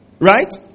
right